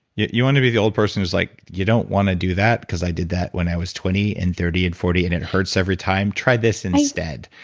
yeah you want to be the old person who's like, you don't want to do that because i did that when i was twenty, and thirty, and forty, and it hurts every time. try this and instead.